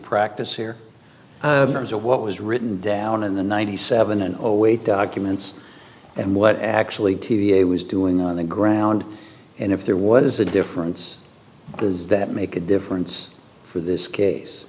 practice here of what was written down in the ninety seven and overweight documents and what actually t v a was doing on the ground and if there was a difference does that make a difference for this case